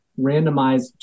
randomized